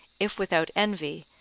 if without envy,